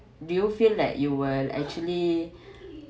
do you feel that you will actually